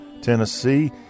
Tennessee